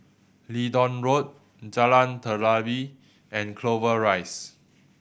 Leedon Road Jalan Telawi and Clover Rise